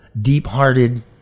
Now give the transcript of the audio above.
deep-hearted